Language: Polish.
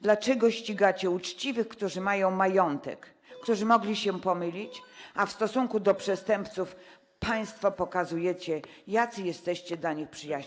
Dlaczego ścigacie uczciwych, którzy mają majątek, a którzy mogli się pomylić, a w stosunku do przestępców państwo pokazujecie, jacy jesteście dla nich przyjaźni?